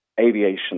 aviation